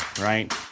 right